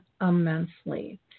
immensely